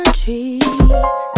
trees